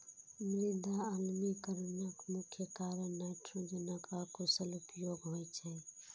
मृदा अम्लीकरणक मुख्य कारण नाइट्रोजनक अकुशल उपयोग होइ छै